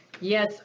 Yes